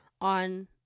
on